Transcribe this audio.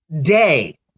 Day